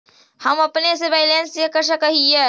हम अपने से बैलेंस चेक कर सक हिए?